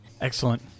Excellent